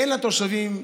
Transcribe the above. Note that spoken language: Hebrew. אין לתושבים,